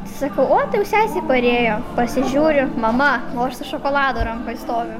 sakau o sesė parėjo pasižiūriu mama o aš su šokoladu rankoj stoviu